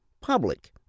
public